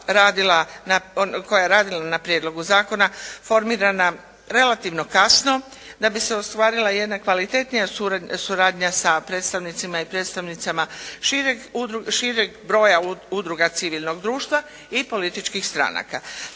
koja je radila na prijedlogu zakona formirana relativno kasno da bi se ostvarila jedna kvalitetnija suradnja sa predstavnicima i predstavnicama šireg broja udruga civilnog društva i političkih stranaka.